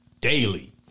daily